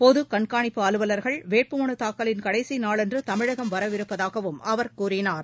பொதுக் கண்காணிப்பு அலுவலர்கள் வேட்புமனுத் தாக்கலின் கடைசி நாளன்று தமிழகம் வரவிருப்பதாகவும் அவர் கூறினார்